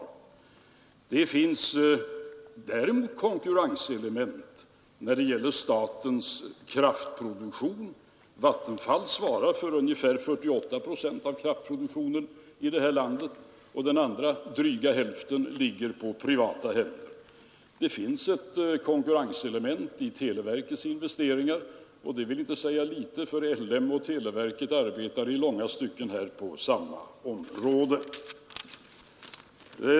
Det finns däremot konkurrenselement när det gäller statens kraftproduktion. Vattenfall svarar för ungefär 48 procent av kraftproduktionen här i landet, och den andra dryga hälften ligger i privata händer. Det finns ett konkurrenselement i televerkets investeringar, och det vill inte säga litet, för L.M. Ericsson och televerket arbetar i långa stycken på samma område.